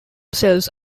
cells